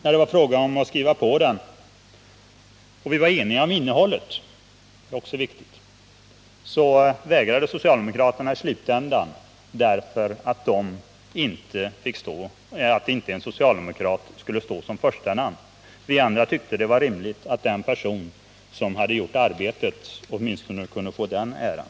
När det blev fråga om att skriva på den vi var eniga om innehållet, det är viktigt — vägrade socialdemokraterna därför att inte en socialdemokrat skulle stå som första namn. Vi andra tyckte det var rimligt att den person som hade gjort arbetet åtminstone kunde få den äran.